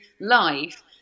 life